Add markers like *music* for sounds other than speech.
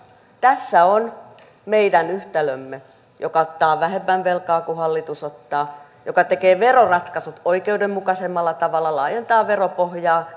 tässä on meidän yhtälömme joka ottaa vähemmän velkaa kuin hallitus ottaa joka tekee veroratkaisut oikeudenmukaisemmalla tavalla laajentaa veropohjaa *unintelligible*